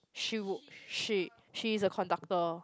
she would she she is a conductor